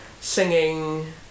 singing